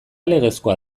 legezkoa